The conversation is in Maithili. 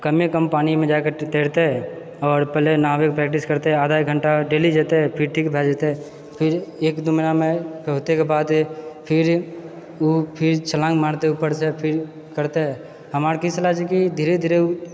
कमे कम पानिमे जाकर तैरते आओर पहले नहावैके प्रैक्टिस करतेै आधा एक घण्टा डेली जेतय फिर ठीक भए जेतए फिर एक दू महीनामे फेर ओतऽके बाद फिर ओ फिर छलाङ्ग मारतै ऊपरसँ फिर करतेै हमरा आरके ई सलाह छै कि धीरे धीरे ओ